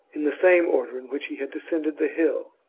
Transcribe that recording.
in the same order in which he had descended the hill.